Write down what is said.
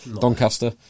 Doncaster